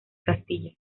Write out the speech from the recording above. castilla